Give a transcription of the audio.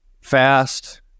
fast